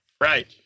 Right